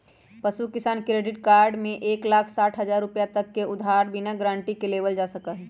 पशु किसान credit card में एक लाख साठ हजार रुपए तक के उधार बिना गारंटी के लेबल जा सका हई